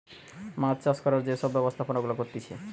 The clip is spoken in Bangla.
মাছ চাষ করার যে সব ব্যবস্থাপনা গুলা করতিছে